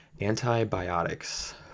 antibiotics